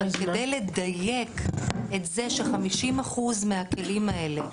אבל זה כדי לדייק את זה ב-50 אחוזים מהכלים האלה,